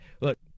Look